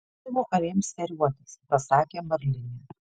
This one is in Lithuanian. padėdavau avims ėriuotis pasakė marlinė